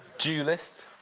duellist.